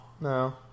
No